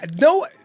no